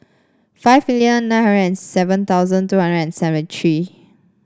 five million nine hundred seven thousand two hundred and seventy tree